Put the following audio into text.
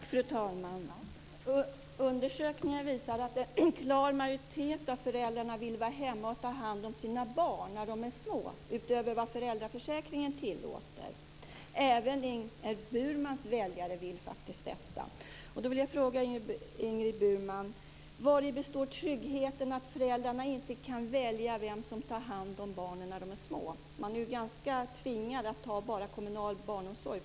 Fru talman! Undersökningar visar att en klar majoritet av föräldrarna vill vara hemma och ta hand om sina barn när de är små utöver vad föräldraförsäkringen tillåter. Även Ingrid Burmans väljare vill faktiskt detta. Jag vill då fråga Ingrid Burman: Vari består tryggheten i att föräldrarna inte kan välja vem som tar hand om barnen när de är små? Man är ganska tvingad att bara ta kommunal barnomsorg.